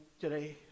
today